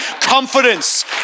Confidence